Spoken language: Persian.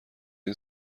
این